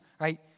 right